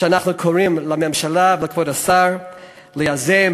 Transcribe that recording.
ואנחנו קוראים לממשלה ולכבוד השר ליזום